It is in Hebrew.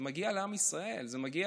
זה מגיע לעם ישראל, זה מגיע